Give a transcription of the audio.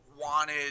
wanted